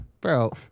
Bro